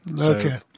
Okay